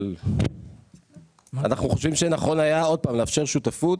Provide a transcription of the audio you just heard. אבל אנחנו חושבים שנכון היה עוד פעם לאפשר שותפות,